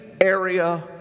area